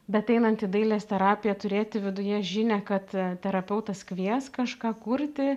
bet einant į dailės terapiją turėti viduje žinią kad terapeutas kvies kažką kurti